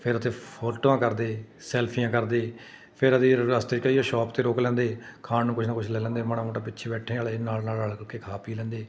ਫਿਰ ਉੱਥੇ ਫੋਟੋਆਂ ਕਰਦੇ ਸੈਲਫੀਆਂ ਕਰਦੇ ਫਿਰ ਅਸੀਂ ਰਸਤੇ 'ਚ ਕਈ ਵਾਰ ਸ਼ੋਪ 'ਤੇ ਰੋਕ ਲੈਂਦੇ ਖਾਣ ਨੂੰ ਕੁਛ ਨਾ ਕੁਛ ਲੈ ਲੈਂਦੇ ਮਾੜਾ ਮੋਟਾ ਪਿੱਛੇ ਬੈਠੇ ਵਾਲੇ ਨਾਲ ਨਾਲ ਰਲ ਰੁਕ ਕੇ ਖਾ ਪੀ ਲੈਂਦੇ